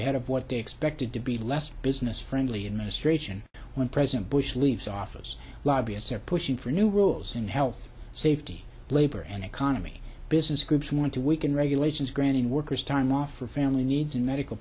of what they expected to be less business friendly administration when president bush leaves office lobbyists are pushing for new rules in health safety labor and economy business groups want to weaken regulations granting workers time off for family needs and medical